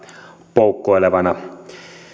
poukkoilevana